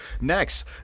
next